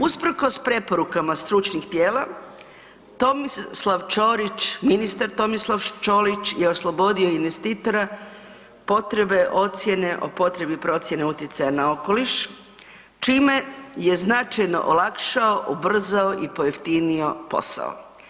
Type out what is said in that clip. Usprkos preporukama stručnih tijela Tomislav Ćorić, ministar Tomislav Ćorić je oslobodio investitora potrebe ocijene o potrebi procijene utjecaja na okoliš čime je značajno olakšao, ubrzao i pojeftinio posao.